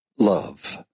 Love